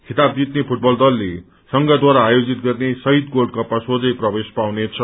खिताब जित्ने फूटबल दल संघद्वारा आयोजित गर्ने शहीद गोल्ड कपमा सोझै प्रवेश पाउनेछ